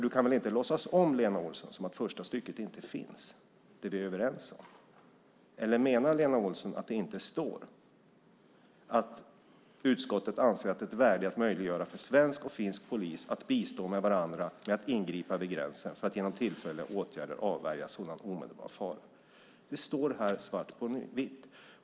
Du kan väl inte låtsas som att första stycket inte finns, det som vi är överens om? Eller menar Lena Olsson att det inte står att utskottet anser att det är "ett värde i att möjliggöra för svensk och finsk polis att bistå varandra med att ingripa över gränsen för att genom tillfälliga åtgärder avvärja sådan omedelbar fara"? Det står här svart på vitt.